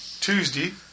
Tuesday